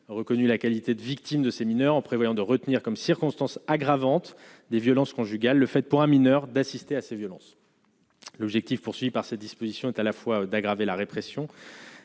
reconnu la qualité de victime de ces mineurs en prévoyant de retenir comme circonstance aggravante des violences conjugales, le fait pour un mineur d'assister à ces violences, l'objectif poursuivi par cette disposition est à la fois d'aggraver la répression